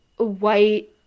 white